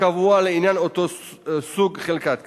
הקבוע לעניין אותו סוג חלקת קבר.